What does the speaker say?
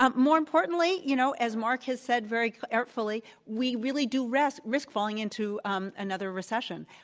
um more importantly, you know, as mark has said very carefully, we really do risk risk falling into um another recession